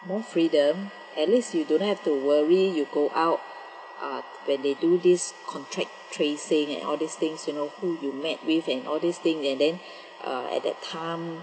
more freedom at least you do not have to worry you go out uh when they do this contact tracing and all these things you know who you met with and all these thing and then uh at that time